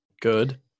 Good